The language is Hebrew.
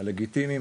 הלגיטימיים,